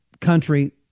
country